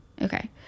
Okay